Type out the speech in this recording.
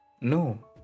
No